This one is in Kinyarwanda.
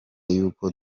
yuko